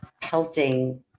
pelting